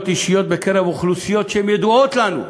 האישיות בקרב אוכלוסיות שהן ידועות לנו,